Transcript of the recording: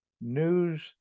news